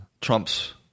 Trump's